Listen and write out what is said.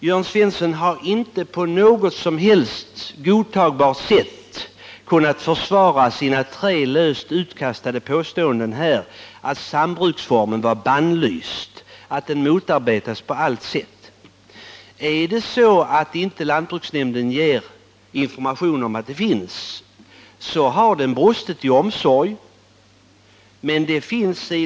Jörn Svensson har inte på något som helst godtagbart sätt bevisat sina löst utkastade påståenden att sambruksformen är bannlyst och att den motarbetas på allt sätt. Om lantbruksnämnden inte informerar om att den möjligheten finns, så har den brustit i omsorg.